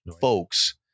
folks